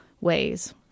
ways